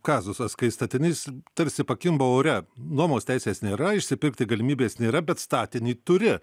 kazusas kai statinys tarsi pakimba ore nuomos teisės nėra išsipirkti galimybės nėra bet statinį turi